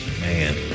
Man